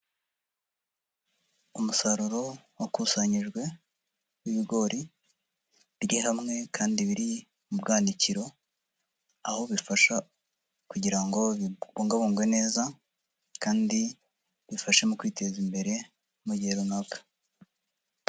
Umusaruro wakusanyijwe w'ibigori, biri hamwe kandi biri mu bwanikiro, aho bifasha kugira ngo bibungabungwe neza, kandi bifashe mu kwiteza imbere mu gihe runaka.